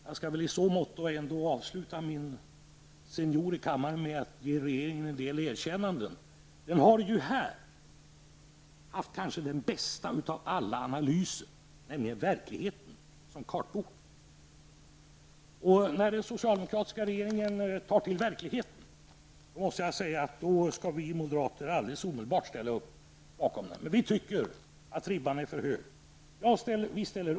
Jag skall väl ändå avsluta min sejour i kammaren med att ge regeringen en del erkännanden. Den har ju här haft kanske den bästa av alla analyser, nämligen verkligheten som kartbok. När den socialdemokratiska regeringen talar om verkligheten, då ställer vi moderater omedelbart upp. Men här tycker vi att ribban är satt för högt. Herr talman!